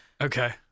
Okay